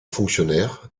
fonctionnaire